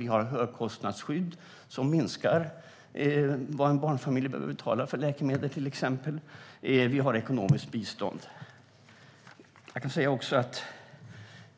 Vi har till exempel högkostnadsskyddet, som minskar vad en barnfamilj behöver betala för läkemedel, och vi har ekonomiskt bistånd.